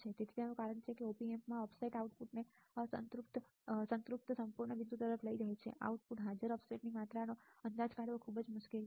તેથી તેનું કારણ એ છે કે આ op ampમાં ઓફસેટ આઉટપુટને સંપૂર્ણ સંતૃપ્ત બિંદુ તરફ લઈ જાય છે આઉટપુટ હાજર ઓફસેટની માત્રાનો અંદાજ કાઢવો ખૂબ જ મુશ્કેલ છે